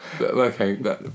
Okay